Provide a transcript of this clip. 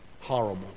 Horrible